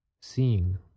seeing